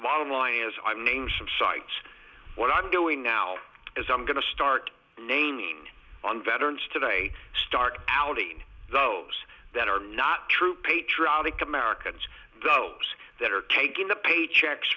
bottom line as i'm name some sites what i'm doing now is i'm going to start naming on veterans today start outing those that are not true patriotic americans those that are taking the paychecks